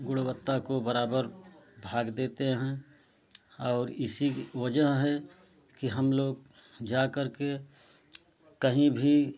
गुणवत्ता को बराबर भाग देते हैं और इसी वजह है कि हम लोग जाकर के कहीं भी